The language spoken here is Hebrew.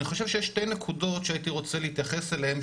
אני חושב שיש שתי נקודות שהייתי רוצה להתייחס אליהן,